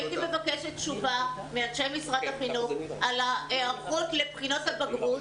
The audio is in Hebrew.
הייתי מבקשת תשובה מאנשי משרד החינוך על ההיערכות לבחינות הבגרות.